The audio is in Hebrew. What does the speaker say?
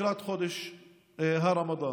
לקראת חודש הרמדאן,